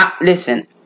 listen